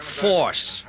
Force